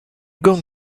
going